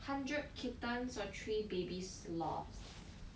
hundred kittens or three baby sloth